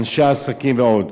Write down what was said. אנשי עסקים ועוד.